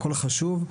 הכול חשוב,